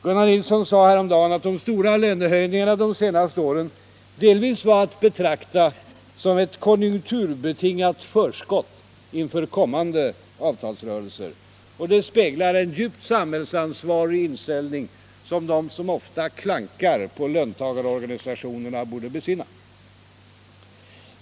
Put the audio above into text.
Gunnar Nilsson sade häromdagen att de stora lönehöjningarna de senaste åren delvis var att betrakta som ett konjunkturbetingat förskott inför kommande avtalsrörelser. Det speglar en djupt samhällsansvarig inställning, som de som ofta klankar på löntagarorganisationerna borde besinna.